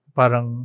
parang